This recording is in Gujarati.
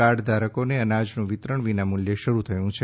કાર્ડ ધારકોને અનાજનું વિતરણ વિના મૂલ્યે શરૂ થયું છે